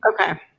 Okay